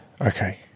Okay